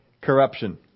Corruption